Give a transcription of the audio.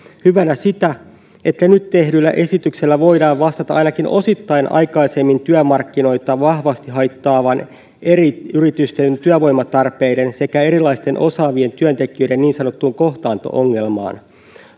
hyvänä sitä että nyt tehdyllä esityksellä voidaan vastata ainakin osittain aikaisemmin työmarkkinoita vahvasti haittaavaan eri yritysten työvoimatarpeiden sekä erilaisten osaavien työntekijöiden niin sanottuun kohtaanto ongelmaan